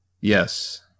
Yes